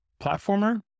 platformer